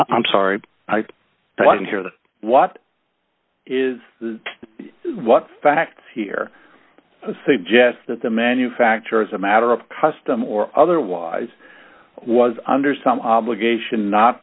i'm sorry i didn't hear that what is what a fact here i think jet that the manufacturer as a matter of custom or otherwise was under some obligation not